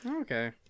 okay